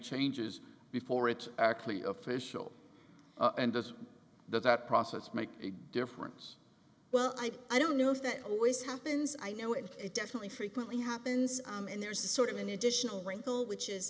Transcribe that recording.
changes before it actually official and does that that process make a difference well i i don't know if that always happens i know and it definitely frequently happens and there's sort of an additional wrinkle which is